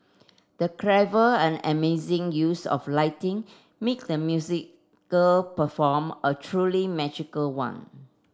the clever and amazing use of lighting made the musical perform a truly magical one